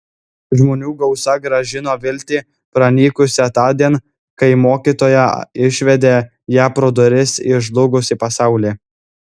žmonių gausa grąžino viltį pranykusią tądien kai mokytoja išvedė ją pro duris į žlugusį pasaulį